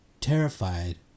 terrified